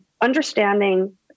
understanding